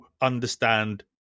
understand